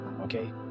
Okay